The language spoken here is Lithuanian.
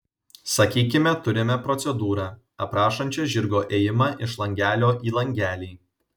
sakykime turime procedūrą aprašančią žirgo ėjimą iš langelio į langelį